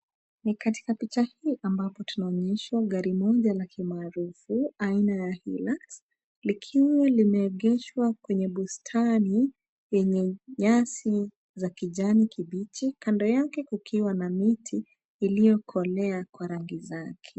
Ni katika picha hii ambapo tunaonyeshwa gari moja la kimaarufu aina ya Hilux, likiwa limeegeshwa kwenye bustani lenye nyasi za kijani kibichi, kando yake kukiwa na miti iliyokolea kwa rangi zake.